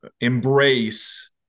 embrace